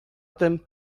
tym